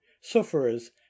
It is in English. sufferers